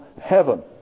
heaven